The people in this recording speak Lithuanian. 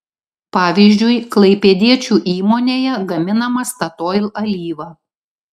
pavyzdžiui klaipėdiečių įmonėje gaminama statoil alyva